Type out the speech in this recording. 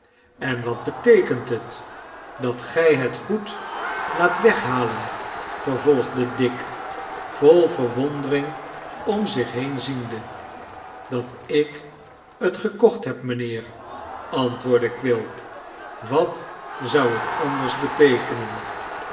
en wat beteekent het dat gij het goed laat weghalen vervolgde dick vol verwondering om zich been ziende dat ik het gekocht heb mijnheer antwoordde quilp wat zou het anders beteekenen